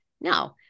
no